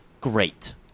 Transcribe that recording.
Great